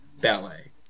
ballet